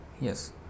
Yes